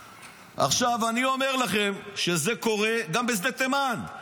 אני אומר לכם שזה קורה גם בשדה תימן.